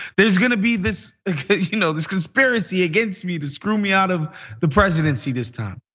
there's gonna be this you know this conspiracy against me, to screw me out of the presidency this time.